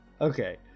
Okay